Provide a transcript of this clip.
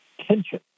tension